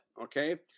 Okay